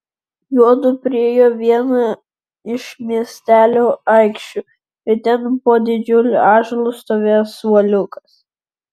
juodu priėjo vieną iš miestelio aikščių ir ten po didžiuliu ąžuolu stovėjo suoliukas